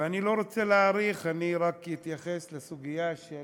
ואני לא רוצה להאריך, אני רק אתייחס לסוגיה של